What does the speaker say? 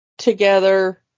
together